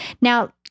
Now